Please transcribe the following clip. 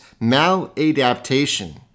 maladaptation